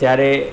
ત્યારે